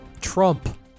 Trump